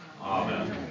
Amen